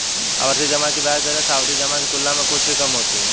आवर्ती जमा की ब्याज दरें सावधि जमा की तुलना में कुछ ही कम होती हैं